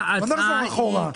לא נחזור אחורה.